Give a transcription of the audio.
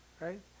Right